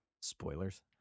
Spoilers